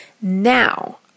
Now